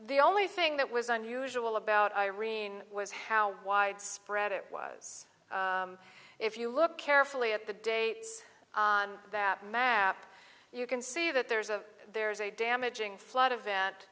the only thing that was unusual about irene was how widespread it was if you look carefully at the dates on that map you can see that there's a there's a damaging flood